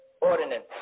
ordinance